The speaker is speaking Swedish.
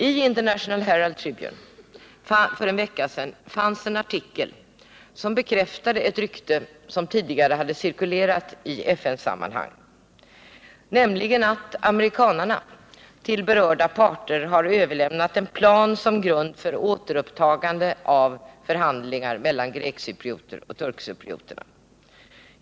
I International Herald Tribune för en vecka sedan fanns en artikel som bekräftade ett rykte som tidigare hade cirkulerat i FN-sammanhang, nämligen att amerikanarna till berörda parter har överlämnat en plan som grund för återupptagandet av förhandlingar mellan grekcyprioter och turkcyprioter.